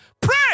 Pray